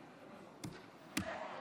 הבא.